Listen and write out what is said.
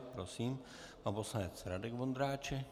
Prosím, pan poslanec Radek Vondráček.